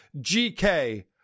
GK